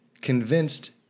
convinced